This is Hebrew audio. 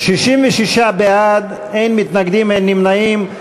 66 בעד, אין מתנגדים, אין נמנעים.